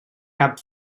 cap